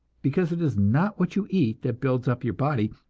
because it is not what you eat that builds up your body,